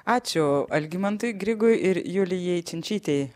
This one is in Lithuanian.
ačiū algimantui grigui ir julijai činčytei